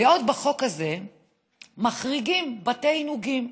ועוד בחוק הזה מחריגים בתי עינוגים,